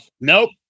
nope